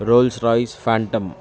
roles Royce Phantom